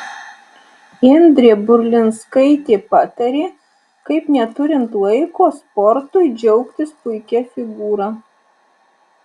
indrė burlinskaitė patarė kaip neturint laiko sportui džiaugtis puikia figūra